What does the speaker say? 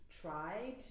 tried